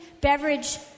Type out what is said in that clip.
Beverage